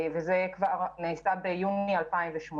וזה נעשה כבר ביוני 2018,